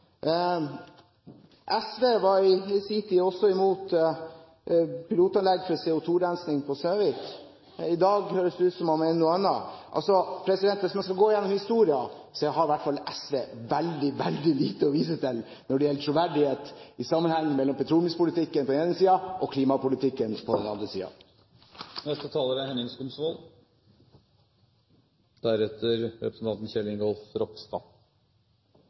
SV var i sin tid også imot pilotanlegg for CO2-rensing på Snøhvit, i dag høres det ut som om man mener noe annet. Hvis man skal gå gjennom historien, har i hvert fall SV veldig lite å vise til når det gjelder troverdighet i sammenhengen mellom petroleumspolitikken på den ene siden og klimapolitikken på den andre siden. Jeg vil også rette oppmerksomheten mot SVs politikk på dette feltet. Det er